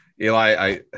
Eli